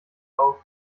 auf